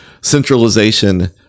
centralization